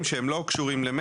יש הרבה חסמים לא רק במצ'ינג,